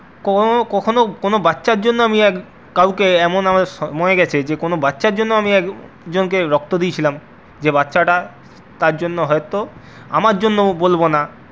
কখনও কখনও কোনও বাচ্চার জন্য আমি এক কাউকে এমন সময় গেছে যে কোনও বাচ্চার জন্য আমি একজনকে রক্ত দিয়েছিলাম যে বাচ্চাটা তার জন্য হয়ত আমার জন্য বলব না